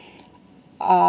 uh